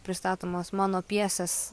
pristatomos mano pjesės